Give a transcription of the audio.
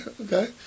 Okay